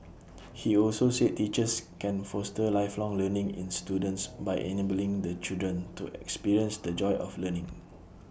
he also said teachers can foster lifelong learning in students by enabling the children to experience the joy of learning